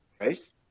race